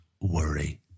worry